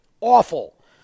Awful